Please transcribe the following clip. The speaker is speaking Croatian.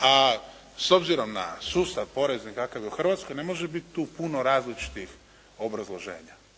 a s obzirom na sustav poreza kakav je u Hrvatskoj, ne može biti tu puno različitih obrazloženja.